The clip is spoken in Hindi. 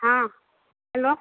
हाँ हैलो